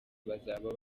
bazaba